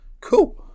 Cool